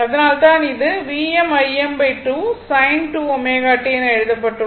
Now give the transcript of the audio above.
அதனால்தான் இது Vm Im2 sin 2 ω t என எழுதப்பட்டுள்ளது